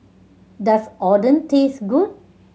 does Oden taste good